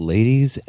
Ladies